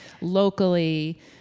locally